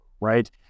right